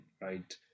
right